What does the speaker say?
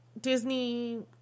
Disney